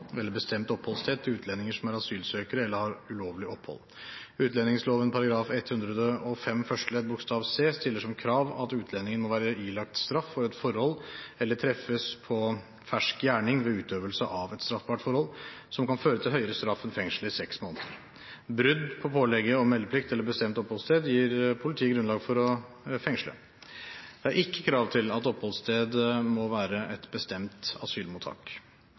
eller bestemt oppholdssted til utlendinger som er asylsøkere eller har ulovlig opphold. Utlendingsloven § 105 første ledd bokstav c stiller som krav at utlendingen må være ilagt «straff for et straffbart forhold eller treffes på fersk gjerning ved utøvelse av et straffbart forhold, som kan føre til høyere straff enn fengsel i seks måneder». Brudd på pålegget om meldeplikt eller bestemt oppholdssted gir politiet grunnlag for å fengsle. Det er ikke krav til at oppholdssted må være et bestemt asylmottak.